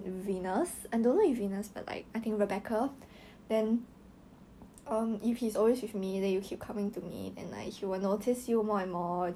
err he looks like a nerd I'm sorry but he really looks like a nerd even lucas looks better cliff is not